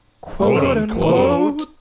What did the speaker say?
quote-unquote